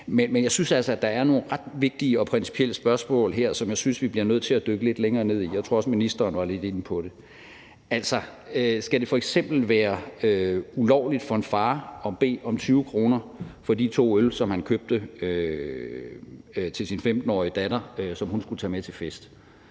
men jeg synes altså, at der er nogle ret vigtige og principielle spørgsmål her, som jeg synes vi bliver nødt til at dykke lidt længere ned i. Jeg tror også, at ministeren var lidt inde på det. Skal det f.eks. være ulovligt for en far at bede om 20 kr. for de to øl, som han købte til sin 15-årige datter, og som hun skulle have med til fest?